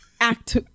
act